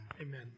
amen